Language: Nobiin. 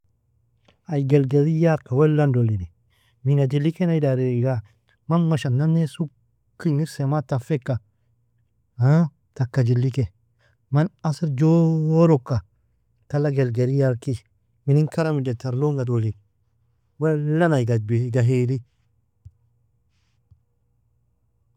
Ai gelgeliyarka wellan doliri, minga jilikaina dari aiga? Man mashan nane sukk ingir semag tafeka, taka jiliki, man asir jooroaka, tala gelgeliyar ki, inin karamidu tar longa dolir wellan aiga agbi, aiga hiili.